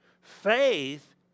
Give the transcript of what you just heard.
Faith